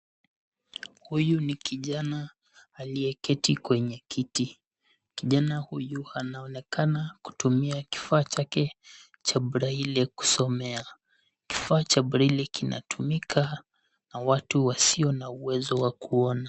Huyu ni kijana aliyeketi kwenye kiti. Kijana huyu anaonekana kutumia kifaa chake cha braille kusomea. Kifaa cha braille kinatumika na watu wasio na uwezo wa kuona.